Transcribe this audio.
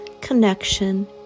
connection